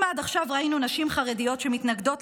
אם עד עכשיו ראינו נשים חרדיות שמתנגדות,